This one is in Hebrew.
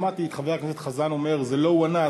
שמעתי את חבר הכנסת חזן אומר: זה לא הוא ענה.